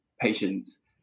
patients